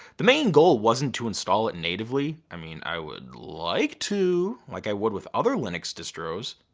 the main goal wasn't to install it natively. i mean, i would like too. like i would with other linux distros.